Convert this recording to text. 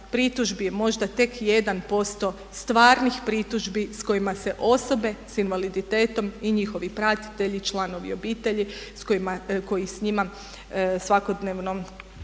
pritužbi je možda tek 1% stvarnih pritužbi s kojima se osobe s invaliditetom i njihovi pratitelji, članovi obitelji koji s njima svakodnevno